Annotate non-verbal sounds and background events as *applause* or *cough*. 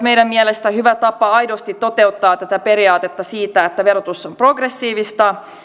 *unintelligible* meidän mielestämme hyvä tapa aidosti toteuttaa periaatetta siitä että verotus on progressiivista